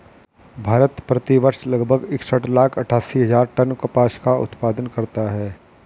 भारत, प्रति वर्ष लगभग इकसठ लाख अट्टठासी हजार टन कपास का उत्पादन करता है